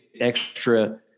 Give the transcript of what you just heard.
extra